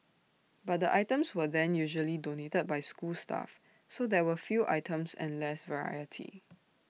but the items were then usually donated by school staff so there were few items and less variety